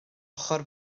ochr